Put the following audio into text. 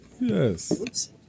Yes